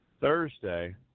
thursday